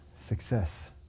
success